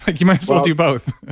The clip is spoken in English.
like you might as well do both